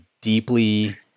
Deeply